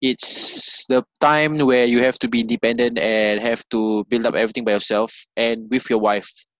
it's the time where you have to be independent and have to build up everything by yourself and with your wife